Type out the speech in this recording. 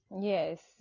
Yes